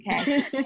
Okay